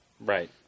Right